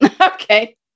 Okay